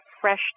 fresh